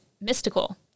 mystical